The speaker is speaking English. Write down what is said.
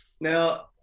Now